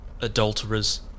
adulterers